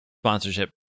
Sponsorship